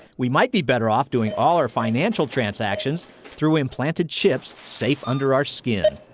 we might be better off doing all our financial transactions through implanted chips safe under our skin.